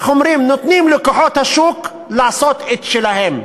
נותנים לכוחות השוק לעשות את שלהם.